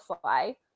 fly